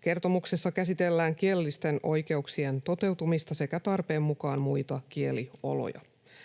Kertomuksessa käsitellään kielellisten oikeuksien toteutumista sekä tarpeen mukaan muita kielioloja.